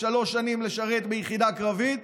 שלוש ,שנים לשרת ביחידה קרבית,